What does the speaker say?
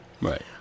Right